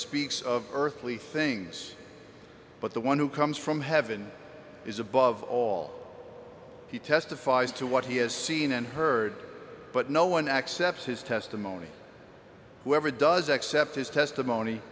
speaks of earthly things but the one who comes from heaven is above all he testifies to what he has seen and heard but no one accepts his testimony whoever does accept his testimony